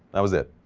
that was it,